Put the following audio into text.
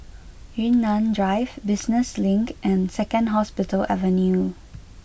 Yunnan Drive Business Link and Second Hospital Avenue